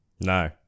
no